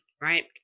right